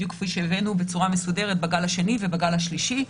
בדיוק כפי שהבאנו בצורה מסודרת בגל השני ובגל השלישי,